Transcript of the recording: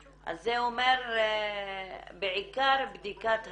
זה אומר בעיקר בדיקת הזיקה.